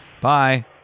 Bye